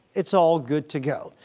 it's all good to go.